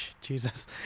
jesus